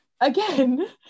again